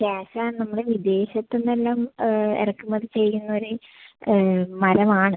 cash ആണ് നമ്മള് വിദേശത്ത് നിന്ന് എല്ലാം ഇറക്കുമതി ചെയ്യുന്ന ഒരു മരമാണ്